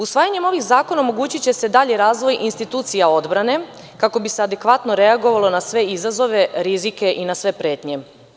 Usvajanjem ovih zakona omogućiće se dalji razvoj institucija odbrane kako bi se adekvatno reagovalo na sve izazove, rizike i na sve pretnje.